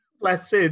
Blessed